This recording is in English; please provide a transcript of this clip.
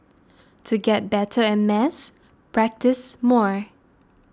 to get better at maths practise more